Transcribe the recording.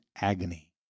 agony